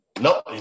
No